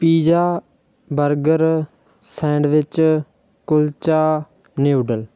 pizza burger sandwich kulcha noodle